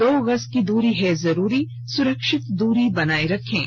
दो गज की दूरी है जरूरी सुरक्षित दूरी बनाए रखें